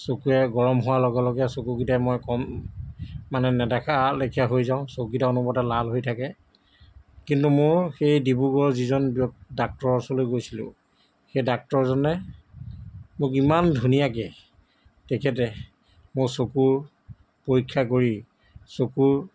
চকুৱে গৰম হোৱা লগে লগে চকুকেইটাৰে মই কম মানে নেদেখা লেখিয়া হৈ যাওঁ চকুকেইটা অনবৰতে লাল হৈ থাকে কিন্তু মোৰ সেই ডিব্ৰুগড়ৰ যিজন ব্য ডাক্তৰৰ ওচৰলৈ গৈছিলো সেই ডাক্তৰ জনে মোক ইমান ধুনীয়াকৈ তেখেতে মোৰ চকুৰ পৰীক্ষা কৰি চকুৰ